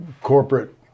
corporate